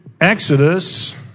Exodus